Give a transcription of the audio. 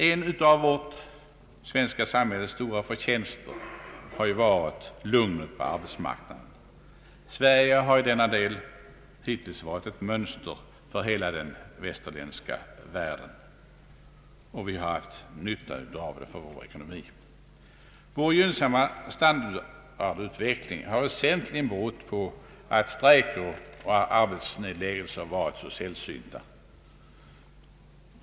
En av vårt svenska samhälles stora förtjänster har varit lugnet på arbetsmarknaden. Sverige har i denna del hittills varit ett mönster för hela den västerländska världen, och vi har haft nytta av detta lugn för vår ekonomi. Vår gynnsamma standardutveckling har väsentligen berott på att strejker och arbetsnedläggelser varit så sällsynta.